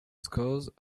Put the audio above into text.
scores